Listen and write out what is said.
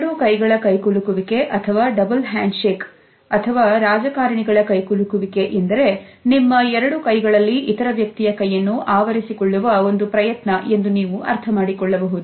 ಎರಡೂ ಕೈಗಳ ಕೈಕುಲುಕುವಿಕೆ ಅಥವಾ double handshake ಅಥವಾ ರಾಜಕಾರಣಿಗಳ ಕೈಕುಲುಕುವಿಕೆ ಎಂದರೆ ನಿಮ್ಮ ಎರಡು ಕೈಗಳಲ್ಲಿ ಇತರ ವ್ಯಕ್ತಿಯ ಕೈಯನ್ನು ಆವರಿಸಿಕೊಳ್ಳುವ ಒಂದು ಪ್ರಯತ್ನ ಎಂದು ನೀವು ಅರ್ಥಮಾಡಿಕೊಳ್ಳಬಹುದು